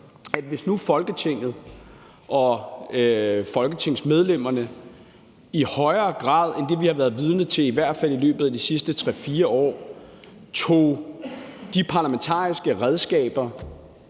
at hvis nu Folketinget og folketingsmedlemmerne i højere grad end det, vi har været vidne til i hvert fald i løbet af de sidste 3-4 år, tog de parlamentariske redskaber,